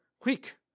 quick